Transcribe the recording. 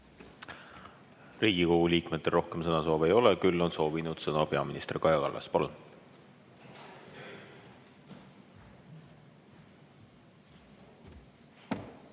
Riigikogu liikmetel rohkem sõnasoovi ei ole. Küll on soovinud sõna peaminister Kaja Kallas. Palun!